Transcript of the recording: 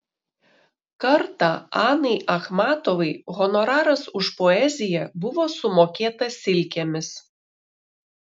kartą anai achmatovai honoraras už poeziją buvo sumokėtas silkėmis